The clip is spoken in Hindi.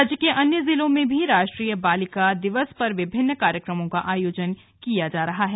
राज्य के अन्य जिलों में भी राष्ट्रीय बालिका दिवस पर विभिन्न कार्यक्रमों का आयोजन किया जा रहा है